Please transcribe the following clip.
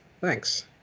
thanks